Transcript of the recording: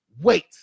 Wait